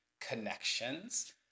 connections